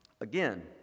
again